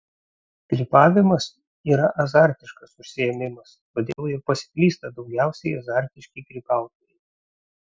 grybavimas yra azartiškas užsiėmimas todėl ir pasiklysta daugiausiai azartiški grybautojai